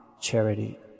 charity